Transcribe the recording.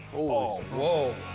oh, whoa.